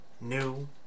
new